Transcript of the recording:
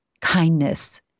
kindness